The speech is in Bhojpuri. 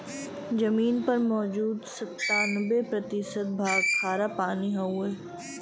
जमीन पर मौजूद सत्तानबे प्रतिशत भाग खारापानी हउवे